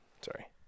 Sorry